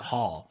Hall